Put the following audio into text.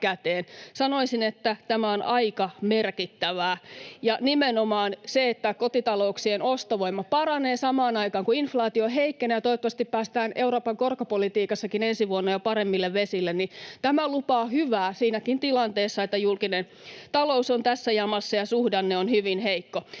Sanoisin, että tämä on aika merkittävää. Nimenomaan se, että kotitalouksien ostovoima paranee samaan aikaan, kun inflaatio heikkenee, ja toivottavasti päästään Euroopan korkopolitiikassakin jo ensi vuonna paremmille vesille, lupaa hyvää siinäkin tilanteessa, että julkinen talous on tässä jamassa ja suhdanne on hyvin heikko.